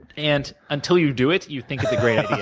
and until you do it, you think it's a great idea,